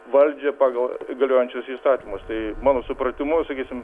valdžią pagal galiojančius įstatymus tai mano supratimu sakysim